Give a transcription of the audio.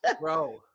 Bro